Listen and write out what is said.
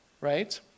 right